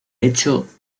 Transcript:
hecho